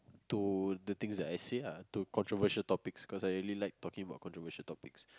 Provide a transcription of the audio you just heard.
to the things that I said ah to controversial topics cause I really like talking about controversial topics